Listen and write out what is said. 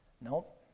nope